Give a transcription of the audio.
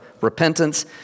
repentance